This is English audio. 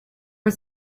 was